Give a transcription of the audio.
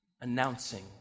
announcing